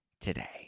today